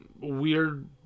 weird